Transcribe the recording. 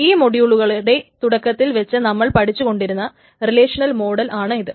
ഈ മോഡ്യൂളുകളുടെ തുടക്കത്തിൽ വച്ച് നമ്മൾ പഠിച്ചു കൊണ്ടിരുന്ന റിലേഷനൽ മോഡൽ ആണ് ഇത്